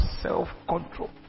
self-control